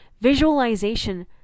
visualization